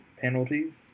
penalties